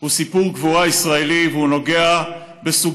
הוא סיפור גבורה ישראלי והוא נוגע בסוגיות